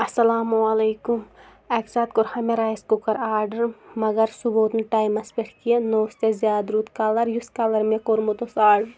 اَسَلامُ علیکُم اَکہِ ساتہٕ کوٚرہا مےٚ رایِس کُکَر آرڈَر مگر سُہ ووت نہٕ ٹایمَس پیٚٹھ کینٛہہ نہ اوس تۄہہِ زیادٕ رُت کَلَر یُس کَلَر مےٚ کوٚرمُت اوس آرڈَر